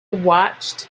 watched